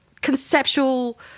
conceptual